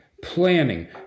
Planning